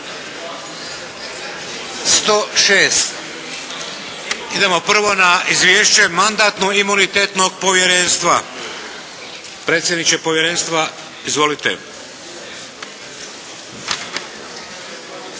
106. Idemo prvo na Izvješće Mandatno-imunitetnog povjerenstva. Predsjedniče povjerenstva izvolite!